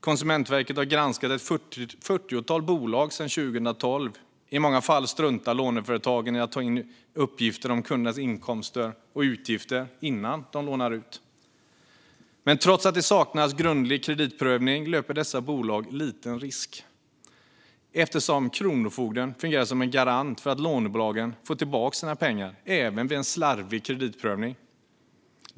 Konsumentverket har granskat ett fyrtiotal bolag sedan 2012. I många fall struntar låneföretagen i att ta in uppgifter om kundernas inkomster och utgifter innan de lånar ut. Men trots att det saknas grundliga kreditprövningar löper dessa bolag liten risk eftersom Kronofogden fungerar som en garant för att lånebolagen ska få tillbaka sina pengar även efter en slarvig kreditprövning.